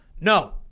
no